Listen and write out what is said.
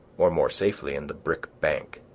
or, more safely, in the brick bank